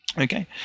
Okay